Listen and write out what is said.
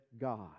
God